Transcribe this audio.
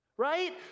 Right